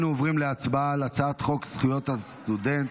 אנחנו עוברים להצבעה על הצעת חוק זכויות הסטודנט